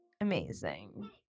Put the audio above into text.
Amazing